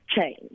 Change